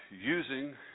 using